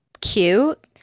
cute